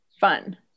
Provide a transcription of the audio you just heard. Fun